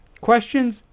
questions